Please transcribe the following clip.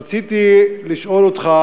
רציתי לשאול אותך